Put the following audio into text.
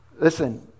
Listen